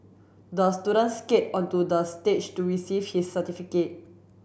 the student skate onto the stage to receive his certificate